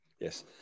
Yes